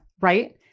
right